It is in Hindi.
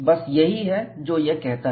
बस यही है जो यह कहता है